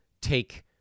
take